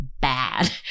bad